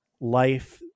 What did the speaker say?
life